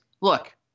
Look